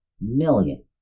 million